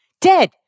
Dead